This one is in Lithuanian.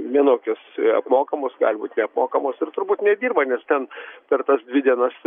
vienokios apmokamos gali būt neapmokamos ir turbūt nedirba nes ten per tas dvi dienas